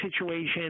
situation